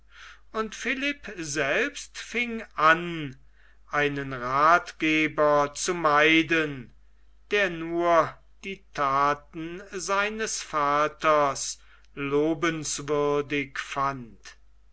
und philipp selbst fing an einen rathgeber zu meiden der nur die thaten seines vaters lobenswürdig fand